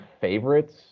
favorites